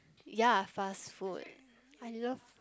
ya fast food I love